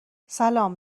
سلام